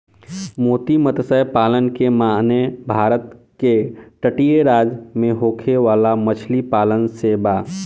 मोती मतस्य पालन के माने भारत के तटीय राज्य में होखे वाला मछली पालन से बा